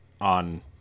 on